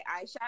eyeshadow